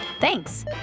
Thanks